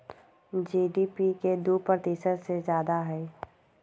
GDP के दु प्रतिशत से जादा हई